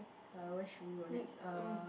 uh wish we were next uh